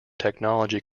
technology